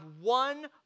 one